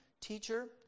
Teacher